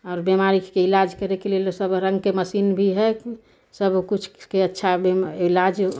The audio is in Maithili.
आओर बीमारीके इलाज करयके लेल सब रङ्गके मशीन भी हइ की सबकिछुके अच्छा बे इलाज